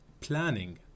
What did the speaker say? planning